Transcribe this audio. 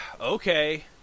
Okay